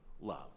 love